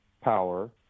power